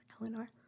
Eleanor